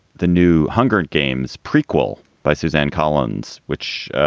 the new hunger games prequel by suzanne collins, which